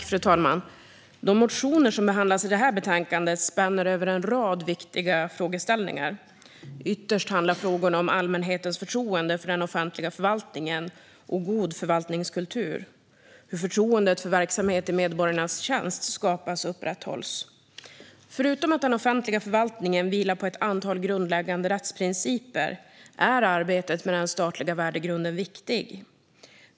Fru talman! De motioner som behandlas i detta betänkande spänner över en rad viktiga frågeställningar. Ytterst handlar frågorna om allmänhetens förtroende för den offentliga förvaltningen och god förvaltningskultur och om hur förtroendet för verksamhet i medborgarnas tjänst skapas och upprätthålls. Förutom att den offentliga förvaltningen vilar på ett antal grundläggande rättsprinciper är arbetet med den statliga värdegrunden viktigt.